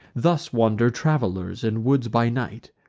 thus wander travelers in woods by night,